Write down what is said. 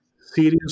serious